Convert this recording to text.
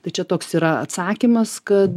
tai čia toks yra atsakymas kad